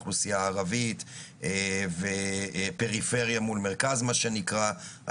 אוכלוסייה ערבית ופריפריה מול מרכז מה שנקרא.